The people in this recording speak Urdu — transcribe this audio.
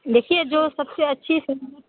دیکھیے جو سب اچھی